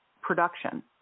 production